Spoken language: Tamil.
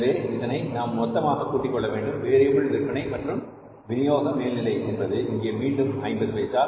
எனவே இதனை நாம் மொத்தமாக கூட்டிக் கொள்ள வேண்டும் வேரியபில் விற்பனை மற்றும் விநியோகம் மேல்நிலை என்பது இங்கே மீண்டும் அது 0